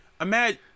Imagine